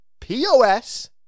pos